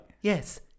Yes